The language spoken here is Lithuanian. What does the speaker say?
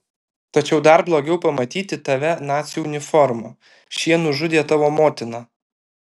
tačiau dar blogiau pamatyti tave nacių uniforma šie nužudė tavo motiną